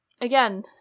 again